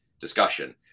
discussion